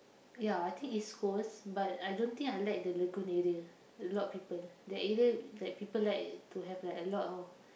ya I think East-Coast but I don't think I like the lagoon area a lot of people that area that people like to have like a lot of